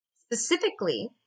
specifically